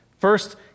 First